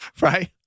Right